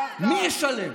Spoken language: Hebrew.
מי ישלם?